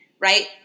right